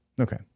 Okay